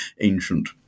ancient